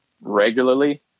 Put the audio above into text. regularly